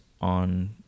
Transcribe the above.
on